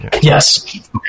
Yes